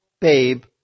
babe